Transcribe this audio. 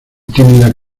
tímida